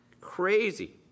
Crazy